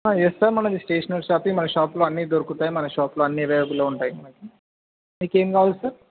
yes sir మనది stationery shop మన షాప్లో అన్నీ దొరుకుతాయి మన షాప్లో అన్నీన్ని అవైలబుల్లో ఉంటాయి మనకు మీకు ఏమి కావాలి సార్